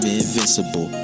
invincible